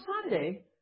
Sunday